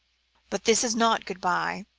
but this is not good-bye,